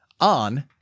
on